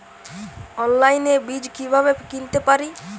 অনলাইনে বীজ কীভাবে কিনতে পারি?